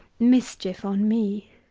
mischief on me!